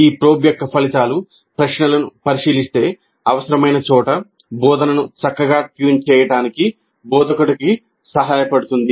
ఈ ప్రోబ్ యొక్క ఫలితాలు ప్రశ్నలను పరిశీలిస్తే అవసరమైన చోట బోధనను చక్కగా ట్యూన్ చేయడానికి బోధకుడికి సహాయపడుతుంది